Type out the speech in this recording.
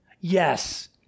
yes